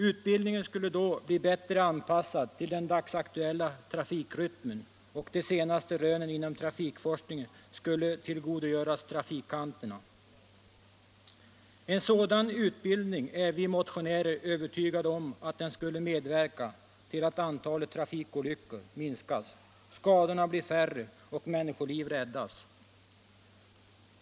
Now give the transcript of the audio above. Utbildningen skulle då bli bättre anpassad till den dagsaktuella trafikrytmen, och de senaste rönen inom trafikforskningen skulle tillgodogöras trafikanterna. Vi motionärer är övertygade om att en sådan utbildning skulle medverka till att antalet trafikolyckor minskades, skadorna blev färre och människoliv kunde räddas.